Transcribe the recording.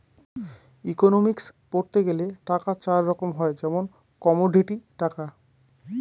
economics পড়তে গেলে টাকা চার রকম হয় যেমন কমোডিটি টাকা